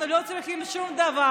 אנחנו לא צריכים שום דבר.